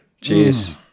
Cheers